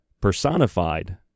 personified